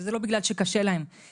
וזה לא בגלל שקשה להם,